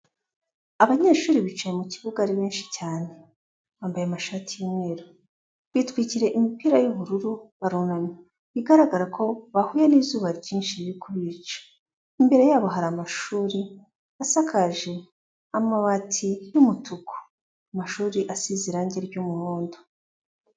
Abanyeshuri bicaye mu kibuga ari benshi cyane, bambaye amashati y'umweru, bitwikiriye imipira y'ubururu barunamye, bigaragara ko bahuye n'izuba ryinshi riri kubice, imbere yabo hari amashuri, asakaje amabati y'umutuku, amashuri asize irange ry'umuhondo.